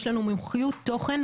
יש לנו מומחיות תוכן,